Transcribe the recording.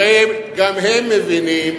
הרי גם הם מבינים